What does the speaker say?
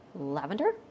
lavender